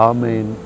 Amen